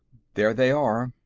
there they are,